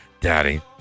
Daddy